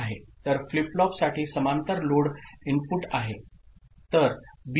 तर फ्लिप फ्लॉपसाठी समांतर लोड इनपुट आहे तर बी